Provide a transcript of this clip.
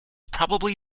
probably